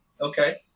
Okay